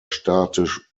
statisch